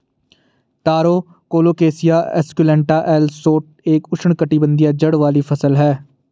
तारो Colocasia esculenta L Schott एक उष्णकटिबंधीय जड़ वाली फसल है